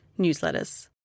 newsletters